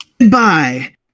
goodbye